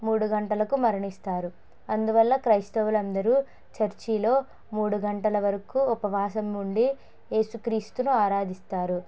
మూడు గంటలకు మరణిస్తారు అందువల్ల క్రైస్తవులందరూ చర్చిలో మూడు గంటల వరకు ఉపవాసం నుండి ఏసుక్రీస్తును ఆరాధిస్తారు